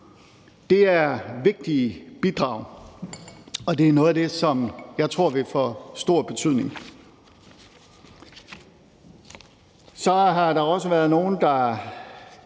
Det er vigtige bidrag, og det er noget af det, som jeg tror vil få stor betydning.